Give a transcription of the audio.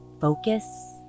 focus